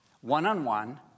one-on-one